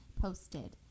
posted